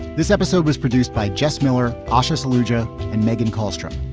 this episode was produced by jesse miller, ashurst lucja and megan karlstrom,